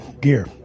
gear